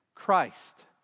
Christ